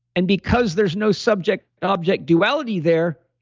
and because there's no subject-object duality there,